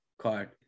card